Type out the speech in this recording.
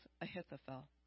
Ahithophel